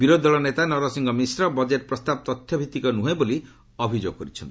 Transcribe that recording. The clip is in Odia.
ବିରୋଧୀ ଦଳ ନେତା ନରସିଂହ ମିଶ୍ର ବଜେଟ୍ ପ୍ରସ୍ତାବ ତଥ୍ୟ ଭିତ୍ତିକ ନୁହେଁ ବୋଲି ଅଭିଯୋଗ କରିଛନ୍ତି